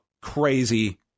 crazy